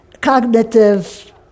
cognitive